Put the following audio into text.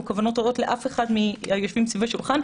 כוונות רעות לאף אחד מן היושבים מסביב לשולחן.